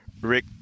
Rick